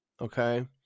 Okay